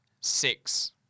six